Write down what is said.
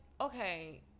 okay